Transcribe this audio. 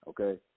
okay